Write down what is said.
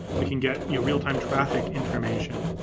we can get real-time traffic information.